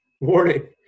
Warning